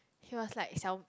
he was like 小